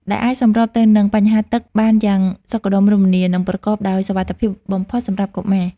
ដែលអាចសម្របទៅនឹងបញ្ហាទឹកបានយ៉ាងសុខដុមរមនា និងប្រកបដោយសុវត្ថិភាពបំផុតសម្រាប់កុមារ។